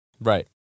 right